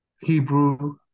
Hebrew